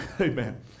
Amen